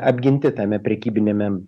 apginti tame prekybiniame